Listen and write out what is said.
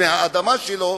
מהאדמה שלו,